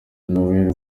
noel